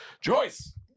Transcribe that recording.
Joyce